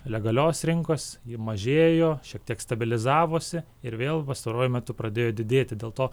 legalios rinkos ji mažėjo šiek tiek stabilizavosi ir vėl pastaruoju metu pradėjo didėti dėl to